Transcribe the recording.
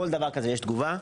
כל דבר כזה יש תגובה.